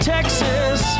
Texas